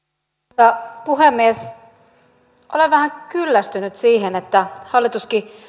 arvoisa puhemies olen vähän kyllästynyt siihen että hallituskin